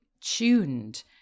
tuned